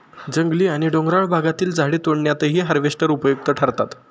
जंगली आणि डोंगराळ भागातील झाडे तोडण्यातही हार्वेस्टर उपयुक्त ठरतात